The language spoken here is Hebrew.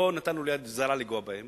אנחנו לא נתנו ליד זרה לנגוע בהם,